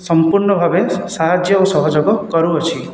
ସମ୍ପୂର୍ଣ୍ଣ ଭାବେ ସାହାଯ୍ୟ ଓ ସହଯୋଗ କରୁଅଛି